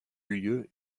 lieu